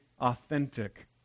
authentic